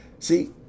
See